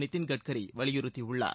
நிதின் கட்கரி வலியுறுத்தியுள்ளார்